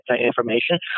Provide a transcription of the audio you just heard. information